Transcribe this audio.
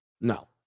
No